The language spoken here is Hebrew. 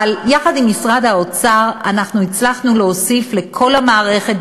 אבל יחד עם משרד האוצר אנחנו הצלחנו להוסיף לכל המערכת,